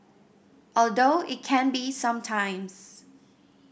although it can be some times